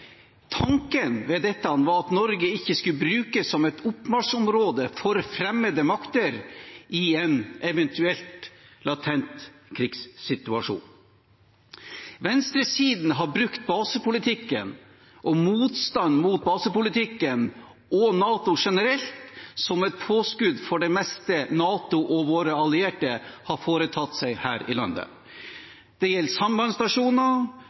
Tanken med dette var at Norge ikke skulle brukes som et oppmarsjområde for fremmede makter i en eventuell latent krigssituasjon. Venstresiden har brukt basepolitikken og motstanden mot basepolitikken og NATO generelt som et påskudd for det meste NATO og våre allierte har foretatt seg her i landet. Det gjelder sambandsstasjoner,